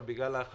אבל בגלל חשיבות